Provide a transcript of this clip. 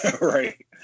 right